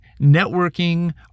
networking